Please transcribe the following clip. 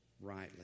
rightly